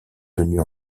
tenues